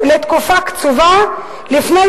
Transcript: הוא